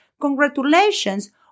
congratulations